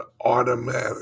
automatic